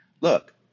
Look